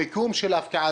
מיקום ההפקעה.